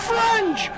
French